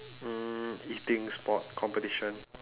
um eating sport competition